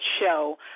show